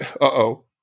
Uh-oh